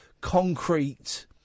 concrete